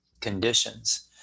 conditions